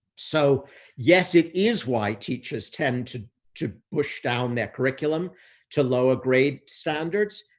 so yes, it is why teachers tend to to push down their curriculum to lower grade standards.